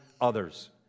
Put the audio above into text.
others